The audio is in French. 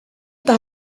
par